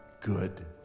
good